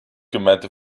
gemeinte